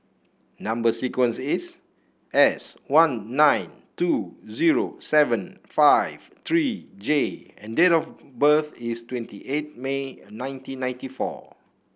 number sequence is S one nine two zero seven five three J and date of birth is twenty eight May nineteen ninety four